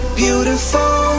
beautiful